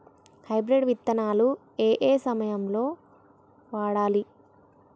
Hybrid విత్తనాలు ఏయే సమయాల్లో వాడాలి?